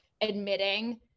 admitting